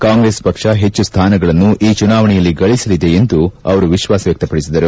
ಕಾಂಗ್ರೆಸ್ ಪಕ್ಷ ಹೆಚ್ಚು ಸ್ಥಾನಗಳನ್ನು ಈ ಚುನಾವಣೆಯಲ್ಲಿ ಗಳಸಲಿದೆ ಎಂದು ವಿಶ್ವಾಸ ವ್ಲಕ್ಷಪಡಿಸಿದರು